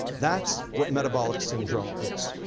that's what metabolic syndrome is.